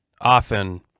often